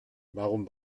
warum